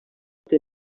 they